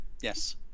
Yes